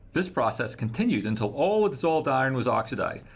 this process continued until all the dissolved iron was oxidized.